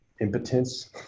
impotence